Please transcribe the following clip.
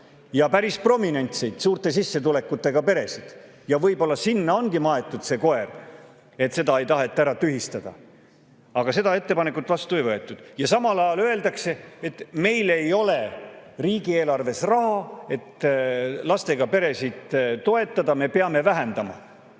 ja päris prominentseid, suurte sissetulekutega peresid. Võib-olla sinna ongi maetud see koer, et seda ei taheta ära tühistada. Aga seda ettepanekut vastu ei võetud ja samal ajal öeldakse, et meil ei ole riigieelarves raha, et lastega peresid toetada, me peame vähendama.